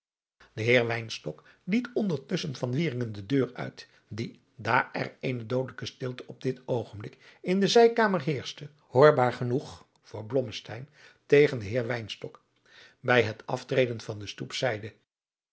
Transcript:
de heer wynstok liet ondertusschen van wieringen de deur uit die daar er eene doodelijke stilte op dit oogenblik in de zijkamer heerschte hoorbaar genoeg voor blommesteyn tegen den heer wynstok bij het aftreden van de stoep zeide